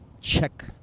check